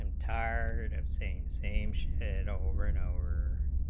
and tired of saying saves and over and over